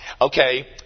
Okay